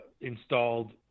installed